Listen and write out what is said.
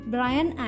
Brian